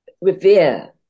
revere